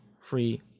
free